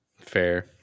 fair